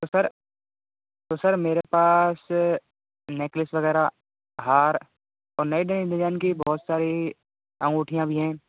तो सर तो सर मेरे पास नेकलेस वगैरह हार और नए नए डिजाइन की बहुत सारी अंगूठियाँ भी हैं